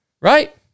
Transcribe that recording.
right